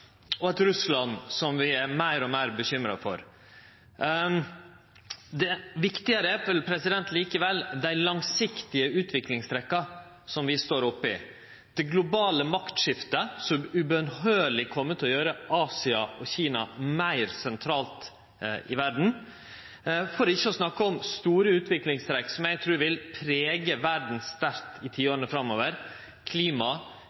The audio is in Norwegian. og eit Russland som vi er meir og meir bekymra for? Det viktige er likevel dei langsiktige utviklingstrekka som vi står oppi – det globale maktskiftet som ubønhøyrleg kjem til å gjere Asia og Kina meir sentrale i verda, for ikkje å snakke om store utviklingstrekk som eg trur vil prege verda sterkt i tiåra framover: Klima,